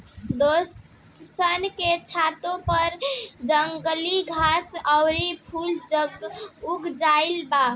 दोस्तन के छतों पर जंगली घास आउर फूल उग गइल बा